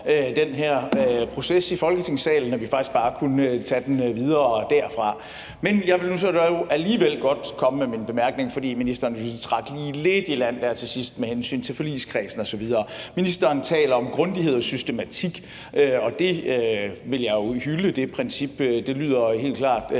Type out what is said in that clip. den her proces i Folketingssalen, og at vi faktisk bare kunne tage den videre derfra. Men jeg vil nu så dog alligevel godt komme med min bemærkning, for ministeren trak lige lidt i land der til sidst med hensyn til forligskredsen osv. Ministeren taler om grundighed og systematik, og det princip vil jeg jo hylde; det lyder helt klart